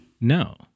no